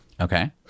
okay